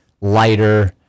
lighter